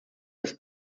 des